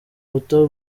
buto